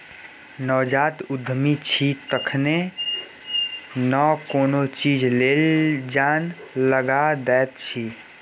नवजात उद्यमी छी तखने न कोनो चीज लेल जान लगा दैत छी